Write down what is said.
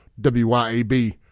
WYAB